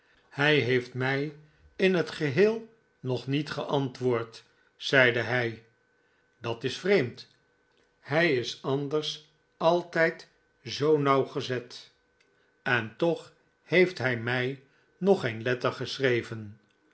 hij heeft mi in het geheel nog niet geantwoord zeide hij dat is vreemd hij is anders altijd zoo nauwgezet en toch heeft hij mij nog geen letter geschreven